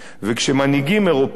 וכשמנהיגים אירופים,